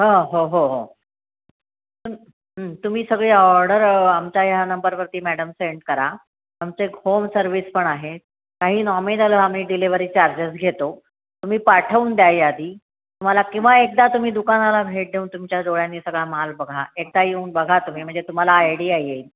हां हो हो हो तुम्ही सगळी ऑर्डर आमच्या ह्या नंबरवरती मॅडम सेंड करा आमचं एक होम सर्विस पण आहे काही नॉमिनल आम्ही डिलेवरी चार्जेस घेतो तुम्ही पाठवून द्या यादी तुम्हाला किंवा एकदा तुम्ही दुकानाला भेट देऊन तुमच्या डोळ्यांनी सगळा माल बघा एकदा येऊन बघा तुम्ही म्हणजे तुम्हाला आयडिया येईल